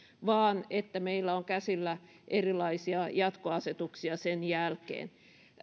vaan että meillä on käsillä erilaisia jatkoasetuksia sen jälkeen